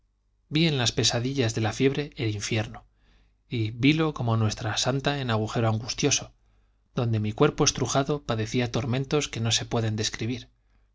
en las pesadillas de la fiebre el infierno y vilo como nuestra santa en agujero angustioso donde mi cuerpo estrujado padecía tormentos que no se pueden describir